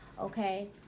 okay